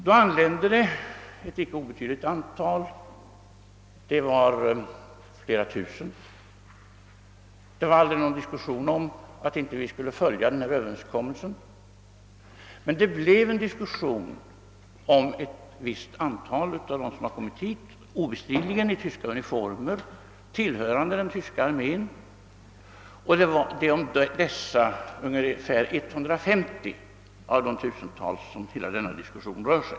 Då anlände ett icke obetydligt antal flyktingar — de var flera tusen — till Sverige. Det var aldrig tal om att vi inte skulle följa denna segermakternas överenskommelse för flertalet, men det blev en diskussion om ett visst antal balter av dem som kommit hit, obestridligen i tyska uniformer och tillhörande den tyska armén. Denna diskussion rörde ungefär 150 av de tusentals.